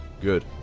good.